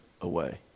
away